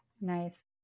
Nice